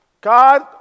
God